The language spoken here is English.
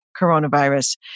coronavirus